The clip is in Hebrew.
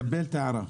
מקבל את ההערה.